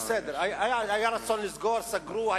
היה רצון לסגור, סגרו.